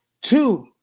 two